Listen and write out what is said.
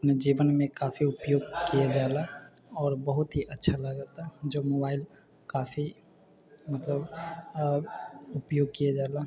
जीवनमे काफी उपयोग कयल जाइत छै आओर बहुत ही अच्छा लागता जब मोबाइल काफी मतलब उपयोग कयल जाला